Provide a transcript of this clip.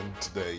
today